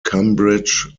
cambridge